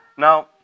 Now